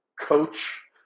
coach